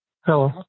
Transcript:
Hello